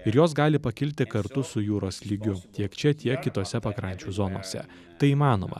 ir jos gali pakilti kartu su jūros lygiu tiek čia tiek kitose pakrančių zonose tai įmanoma